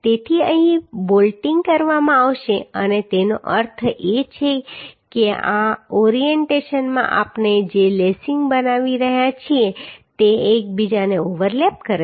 તેથી અહીં બોલ્ટીંગ કરવામાં આવશે અને તેનો અર્થ એ છે કે આ ઓરિએન્ટેશનમાં આપણે જે લેસીંગ બનાવી રહ્યા છીએ તે એક બીજાને ઓવરલેપ કરેલ છે